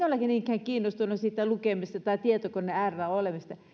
ole niinkään kiinnostuneita siitä lukemisesta tai tietokoneen äärellä olemisesta